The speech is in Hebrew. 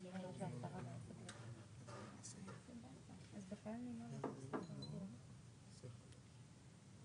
137. כן, אז אני מדלגת על 142. אני